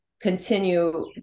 continue